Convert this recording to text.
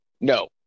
No